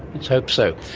let's hope so.